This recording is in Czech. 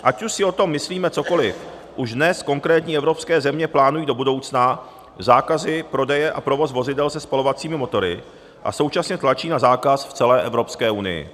Ať už si o tom myslíme cokoli, už dnes konkrétní evropské země plánují do budoucna zákazy prodeje a provozu vozidel se spalovacími motory a současně tlačí na zákaz v celé Evropské unii.